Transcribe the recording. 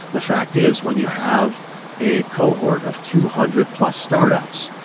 the fact is, when you have a cohort of two hundred plus startups,